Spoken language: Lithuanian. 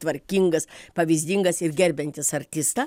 tvarkingas pavyzdingas ir gerbiantis artistą